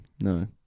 No